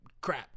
crap